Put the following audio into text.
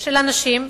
של אנשים,